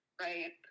right